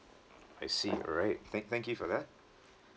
I see alright thank thank you for that